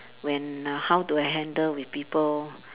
when uh how to handle with people